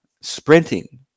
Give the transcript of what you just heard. sprinting